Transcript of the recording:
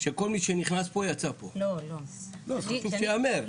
שכול מי שנכנס פה יצא פה, חשוב שייאמר.